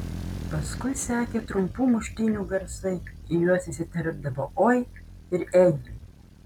paskui sekė trumpų muštynių garsai į juos įsiterpdavo oi ir ei